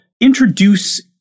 introduce